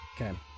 Okay